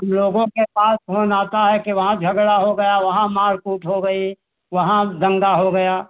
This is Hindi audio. हम लोगों के पास फोन आता है की वहाँ झगड़ा हो गया वहाँ मार पीट हो गई वहाँ दंगा हो गया